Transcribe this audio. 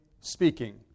speaking